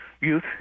youth